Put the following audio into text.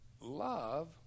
love